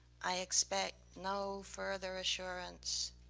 i expect no further assurance,